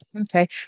Okay